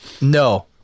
No